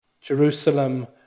Jerusalem